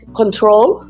control